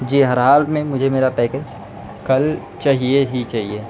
جی ہر حال میں مجھے میرا پیکج کل چاہیے ہی چاہیے